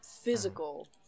physical